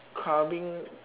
clubbing